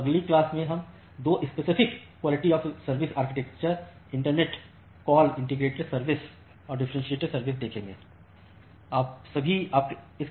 अ ब अगली क्लास में हम 2 specific QoS architecture internet call integrated service और डिफ्रेंसिएटेड सर्विस आर्किटेक्चर देखेंगे